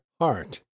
heart